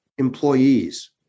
employees